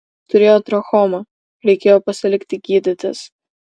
turėjo trachomą reikėjo pasilikti gydytis